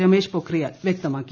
രമേഷ് പൊക്രിയാൽ വ്യക്തമാക്കി